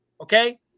okay